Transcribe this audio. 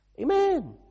Amen